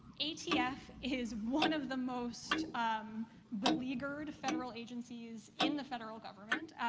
atf is one of the most beleaguered federal agencies in the federal government.